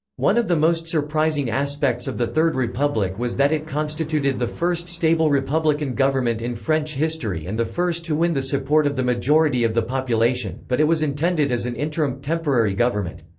one of the most surprising aspects of the third republic was that it constituted the first stable republican government in french history and the first to win the support of the majority of the population, but it was intended as an interim, temporary government.